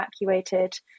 evacuated